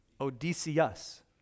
Odysseus